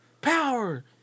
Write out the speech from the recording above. power